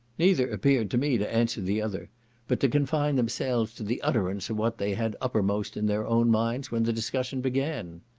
neither appeared to me to answer the other but to confine themselves to the utterance of what they had uppermost in their own minds when the discussion began.